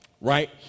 right